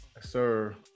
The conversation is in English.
Sir